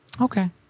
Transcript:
okay